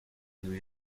new